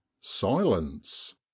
silence